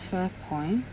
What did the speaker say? fair point